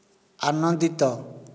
ଆନନ୍ଦିତ